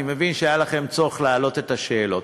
אני מבין שהיה לכם צורך להעלות את השאלות.